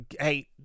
Hey